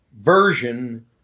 version